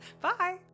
Bye